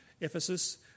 Ephesus